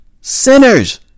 sinners